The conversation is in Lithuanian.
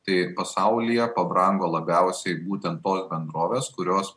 tai pasaulyje pabrango labiausiai būtent tos bendrovės kurios